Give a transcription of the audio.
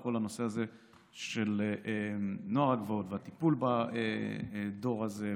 על כל הנושא של הנוהל והטיפול בדור הזה.